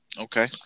Okay